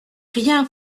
rien